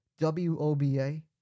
WOBA